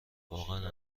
واقعا